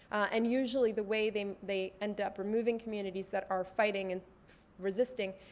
and usually the way they they end up removing communities that are fighting, and resisting,